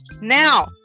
now